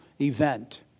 event